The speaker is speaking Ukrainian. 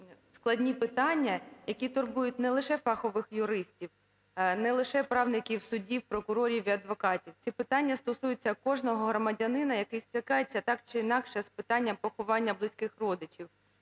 складні питання, які турбують не лише фахових юристів, не лише правників, суддів, прокурорів і адвокатів, ці питання стосуються кожного громадянина, який стикається так чи інакше з питанням поховання близьких родичів.